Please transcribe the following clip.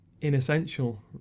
inessential